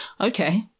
Okay